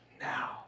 now